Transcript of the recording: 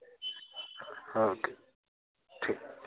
okay ठीक